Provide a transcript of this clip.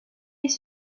les